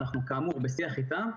אנחנו כאמור בשיח איתם,